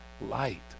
light